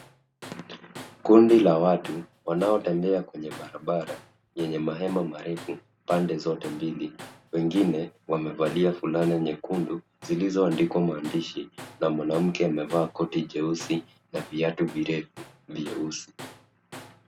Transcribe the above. Kundi la watu wanaotembea kwenye barabara yenye mahema marefu pande zote mbili. Wengine wamevalia fulana nyekundu zilizoandikwa maandishi, na mwanamke amevaa koti jeusi na viatu virefu vyeusi.